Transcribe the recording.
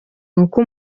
nuko